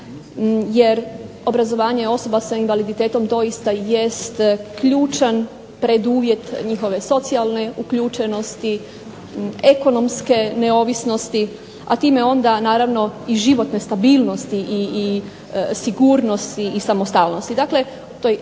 jer obrazovanje osoba s invaliditetom doista jest ključan preduvjet njihove socijalne uključenosti, ekonomske neovisnosti, a time onda naravno i životne stabilnosti i sigurnosti i samostalnosti.